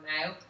now